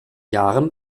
jahren